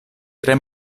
tre